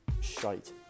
shite